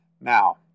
Now